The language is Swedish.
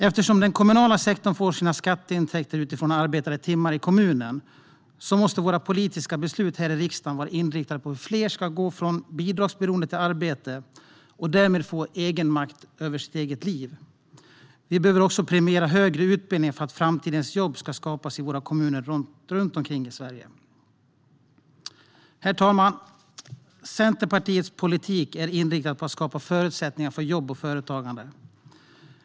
Eftersom den kommunala sektorn får sina skatteintäkter utifrån arbetade timmar i kommunen måste våra politiska beslut i riksdagen vara inriktade på hur fler ska gå från bidragsberoende till arbete och därmed få makt över sitt eget liv. Vi behöver också premiera högre utbildning för att framtidens jobb ska skapas i våra kommuner runt om i Sverige. Herr talman! Centerpartiets politik är inriktad på att skapa förutsättningar för jobb och företagande.